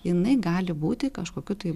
jinai gali būti kažkokiu tai būdu kompensuota